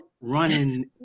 running